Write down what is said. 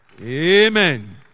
Amen